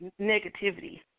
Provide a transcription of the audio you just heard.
negativity